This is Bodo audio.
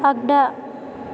आगदा